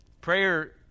Prayer